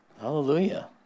Hallelujah